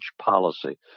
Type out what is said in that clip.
policy